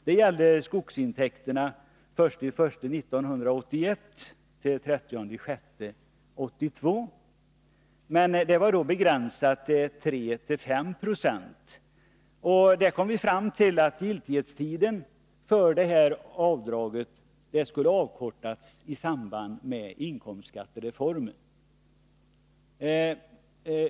Det gällde skogsintäkterna för perioden den 1 januari 1981—den 30 juni 1982, men var begränsat till 3-5 20. Där kom man fram till att giltighetstiden för avdraget skulle avkortas i samband med inkomstskattereformen.